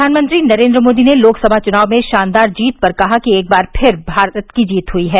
प्रधानमंत्री नरेन्द्र मोदी ने लोकसभा चुनाव में शानदार जीत पर कहा कि एक बार फिर भारत की जीत हई है